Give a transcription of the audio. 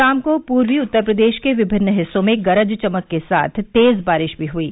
शाम को पूर्वी उत्तर प्रदेश के विमिन हिस्सों में गरज चमक के साथ तेज बारिश भी हुयी